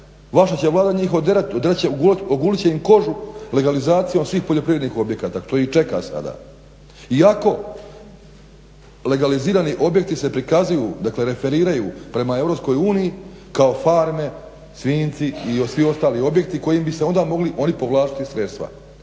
vaša će Vlada njih oderat, ogulit će im kožu legalizacijom svih poljoprivrednih objekata, to ih čeka sada. Iako legalizirani objekti se prikazuju, dakle referiraju prema EU kao farme, svinjci i svi ostali objekti kojim bi se onda mogli oni povlačiti sredstva,